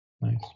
nice